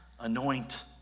anoint